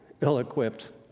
ill-equipped